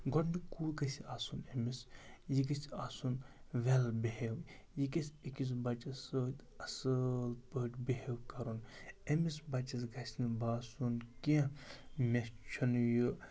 گۄڈٕنیکُے گژھِ آسُن أمِس یہِ گژھِ آسُن وٮ۪ل بِہیو یہِ گژھِ أکِس بَچَس سۭتۍ اَصٕل پٲٹھۍ بِہیو کَرُن أمِس بَچَس گَژھِ نہٕ باسُن کینٛہہ مےٚ چھُنہٕ یہِ